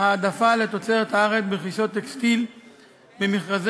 העדפה לתוצרת הארץ ברכישות טקסטיל במכרזי